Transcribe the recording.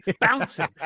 bouncing